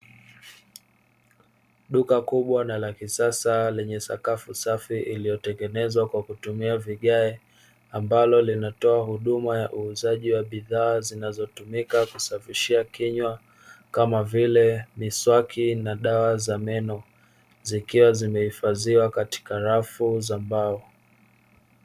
Duka kubwa na la kisasa lenye sakafu safi iliyotengenezwa kwa kutumia vigae, ambalo linatoa huduma ya uuzaji wa bidhaa zinazotumika kusafishia kinywa kama vile miswaki na dawa za meno, zikiwa zimehifadhiwa katika rafu za mbao.